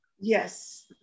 Yes